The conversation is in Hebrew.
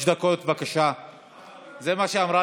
דיברו